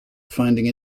finding